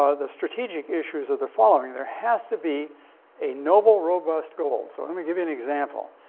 ah the strategic issues are the following. there has to be a noble, robust goal. so let me give you an example.